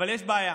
אבל יש בעיה: